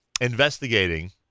investigating